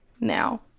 now